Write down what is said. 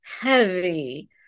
heavy